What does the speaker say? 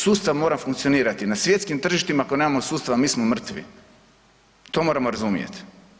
Sustav mora funkcionirati, na svjetskim tržištima ako nemamo sustava mi smo mrtvi, to moramo razumjeti.